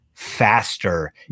faster